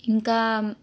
ఇంకా